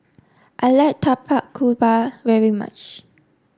I like Tapak Kuda very much